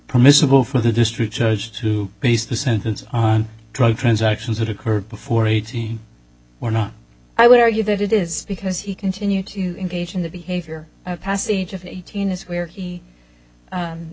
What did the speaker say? permissible for the district judge to base the sentence on drug transactions that occurred before eating or not i would argue that it is because he continued to engage in the behavior passage of eighteen is where he